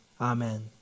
Amen